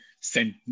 sent